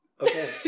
Okay